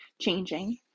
changing